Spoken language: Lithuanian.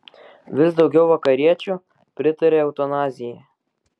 vis daugiau vakariečių pritaria eutanazijai